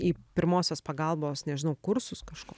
į pirmosios pagalbos nežinau kursus kažkur